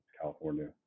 California